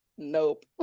Nope